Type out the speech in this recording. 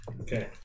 okay